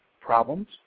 problems